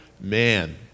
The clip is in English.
man